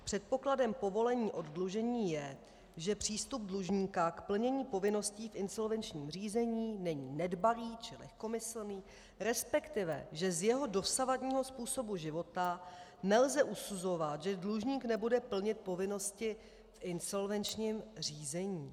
Předpokladem povolení oddlužení je, že přístup dlužníka k plnění povinností v insolvenčním řízení není nedbalý či lehkomyslný, resp. že z jeho dosavadního způsobu života nelze usuzovat, že dlužník nebude plnit povinnosti v insolvenčním řízení.